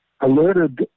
alerted